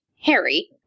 Harry